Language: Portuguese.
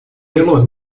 pelo